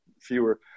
fewer –